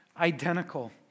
identical